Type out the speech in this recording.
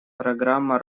программа